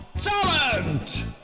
Talent